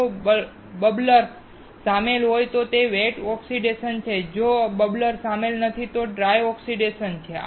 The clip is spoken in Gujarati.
જો બબલર સામેલ હોય તો તે વેટ ઓક્સિડેશન છે જ્યારે જો બબલર સામેલ નથી તો તે ડ્રાય ઓક્સિડેશન છે